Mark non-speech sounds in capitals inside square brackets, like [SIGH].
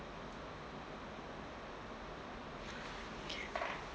[BREATH] okay